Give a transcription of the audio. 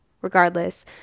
regardless